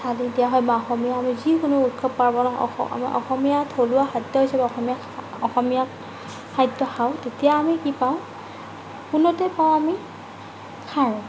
থালী দিয়া হয় বা অসমীয়া আমি যিকোনো উৎসৱ পাৰ্বণত অসমীয়া থলুৱা খাদ্য হিচাপে অসমীয়া অসমীয়া খাদ্য খাওঁ তেতিয়া আমি কি পাওঁ পোনতে কওঁ আমি খাওঁ